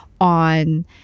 on